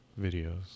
videos